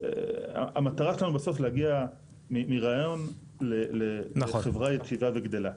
המטרה שלנו בסוף להגיע מרעיון לחברה יציבה וגדלה.